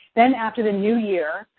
then, after the new year,